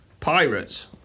Pirates